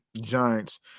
Giants